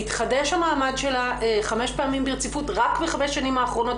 מתחדש המעמד שלה חמש פעמים ברציפות רק בחמש שנים אחרונות,